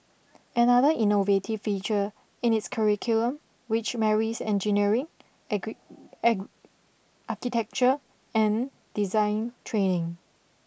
another innovative feature in its curriculum which marries engineering agree architecture and design training